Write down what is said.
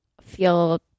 feel